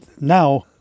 now